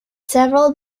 several